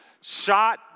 shot